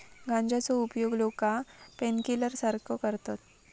गांजाचो उपयोग लोका पेनकिलर सारखो करतत